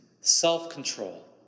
self-control